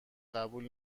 قبول